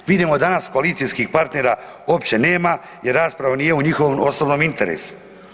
Vidimo danas koalicijskih partnera uopće nema, jer rasprava nije u njihovom osobnom interesu.